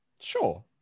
Sure